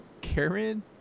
Karen